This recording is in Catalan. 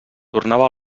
tornava